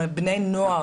עם בני הנוער,